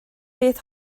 beth